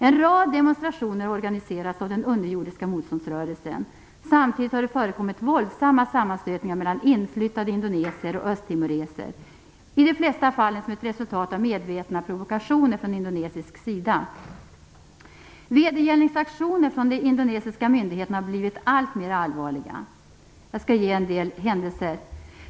En rad demonstrationer har organiserats av den underjordiska motståndsrörelsen. Samtidigt har det förekommit våldsamma sammanstötningar mellan inflyttade indonesier och östtimoreser, i de flesta fall som ett resultat av medvetna provokationer från indonesisk sida. Vedergällningsaktioner från de indonesiska myndigheterna har blivit alltmer allvarliga. Jag skall återge en del händelser.